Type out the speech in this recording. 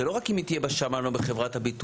זה לא רק אם היא תהיה בשב"ן או בחברת הביטוח.